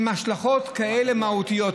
עם השלכות כאלה מהותיות,